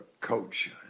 coach